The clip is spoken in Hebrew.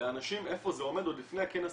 לאנשים איפה זה עומד עוד לפני כנס